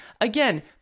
Again